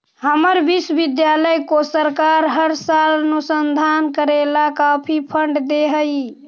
हमर विश्वविद्यालय को सरकार हर साल अनुसंधान करे ला काफी फंड दे हई